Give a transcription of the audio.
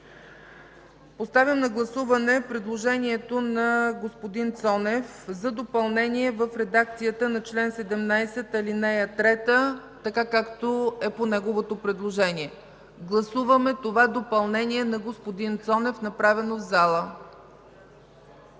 Поставям на гласуване предложението на господин Цонев за допълнение в редакцията на чл. 17, ал. 3, така както е по неговото предложение – това допълнение на господин Цонев, направено в залата.